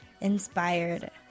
inspired